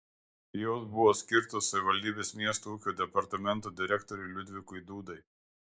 jos buvo skirtos savivaldybės miesto ūkio departamento direktoriui liudvikui dūdai